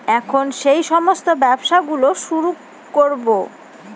এখন সেই সমস্ত ব্যবসা গুলো শুরু করবো